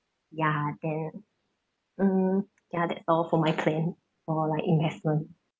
ya then mm ya that's all for my plan for like investment